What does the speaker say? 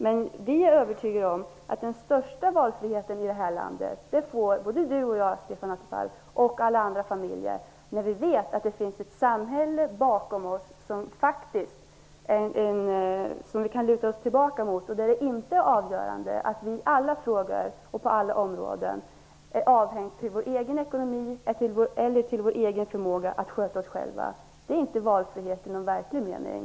Men vi är övertygade om att den största valfriheten får både Stefan Attefall och jag och alla andra familjer när vi vet att det finns ett samhälle bakom oss som vi kan luta oss tillbaka mot. Att det i alla frågor och på alla områden är avhängigt vår egen ekonomi eller vår egen förmåga att sköta oss själva, är inte valfrihet i någon verklig mening.